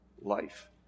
life